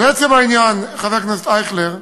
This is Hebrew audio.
לעצם העניין, חבר הכנסת אייכלר,